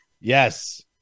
Yes